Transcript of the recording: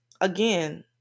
again